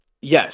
yes